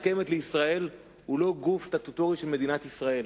קרן קיימת לישראל היא לא גוף סטטוטורי של מדינת ישראל,